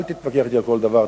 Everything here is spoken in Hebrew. אל תתווכח אתי על כל דבר.